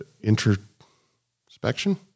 introspection